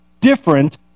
different